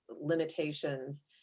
limitations